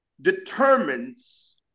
determines